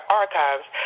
archives